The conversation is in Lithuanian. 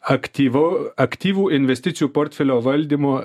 aktyvau aktyvų investicijų portfelio valdymo